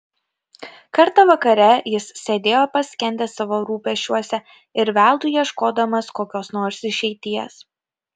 kartą vakare jis sėdėjo paskendęs savo rūpesčiuose ir veltui ieškodamas kokios nors išeities